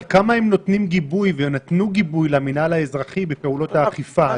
עד כמה הם נותנים גיבוי ונתנו גיבוי למינהל האזרחי בפעולות האכיפה,